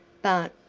but,